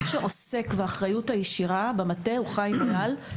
מי שעוסק בכך ובעל האחריות הישירה הוא חיים מויאל.